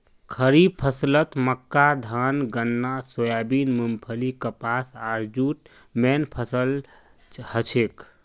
खड़ीफ फसलत मक्का धान गन्ना सोयाबीन मूंगफली कपास आर जूट मेन फसल हछेक